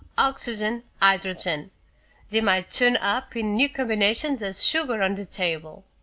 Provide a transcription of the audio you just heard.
oxygen, hydrogen they might turn up in new combinations as sugar on the table!